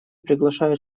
приглашаю